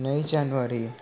नै जानुवारि